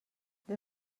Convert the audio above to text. they